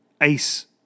ace